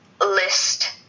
list